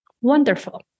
Wonderful